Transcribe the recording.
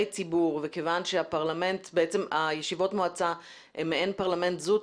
ציבור וכיוון שישיבות המועצה הן מעין פרלמנט זוטא?